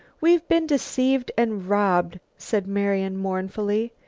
we've been deceived and robbed, said marian mournfully.